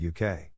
uk